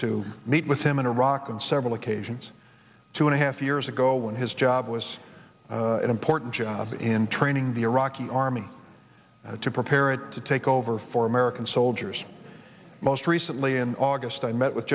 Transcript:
to meet with him in iraq on several occasions two and a half years ago when his job was an important job in training the iraqi army to prepare it to take over for american soldiers most recently in august i met with